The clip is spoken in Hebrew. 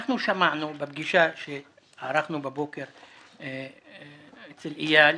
אנחנו שמענו בפגישה שערכנו בבוקר אצל איל,